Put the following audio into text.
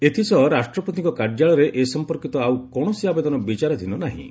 ଏଥିସହ ରାଷ୍ଟ୍ରପତିଙ୍କ କାର୍ଯ୍ୟାଳୟରେ ଏ ସଂପର୍କିତ ଆଉ କୌଣସି ଆବେଦନ ବିଚାରାଧୀନ ନାହିଁ